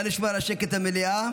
נא לשמור על השקט במליאה.